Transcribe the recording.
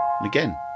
again